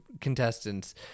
contestants